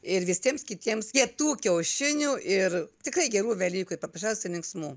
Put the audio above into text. ir visiems kitiems kietų kiaušinių ir tikrai gerų velykų ir paprasčiausiai linksmų